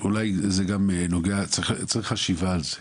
צריך חשיבה על זה.